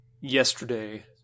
Yesterday